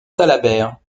salabert